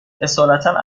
اصالتا